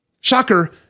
Shocker